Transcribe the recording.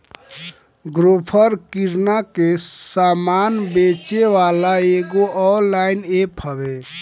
Grofer किरणा के सामान बेचेवाला एगो ऑनलाइन एप्प हवे